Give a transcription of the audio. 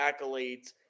accolades